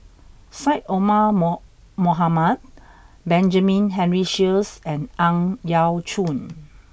Syed Omar moan Mohamed Benjamin Henry Sheares and Ang Yau Choon